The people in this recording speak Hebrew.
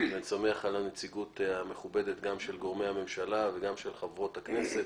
אני שמח על הנציגות המכובדת גם של גורמי הממשלה וגם של חברות הכנסת.